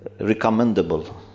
recommendable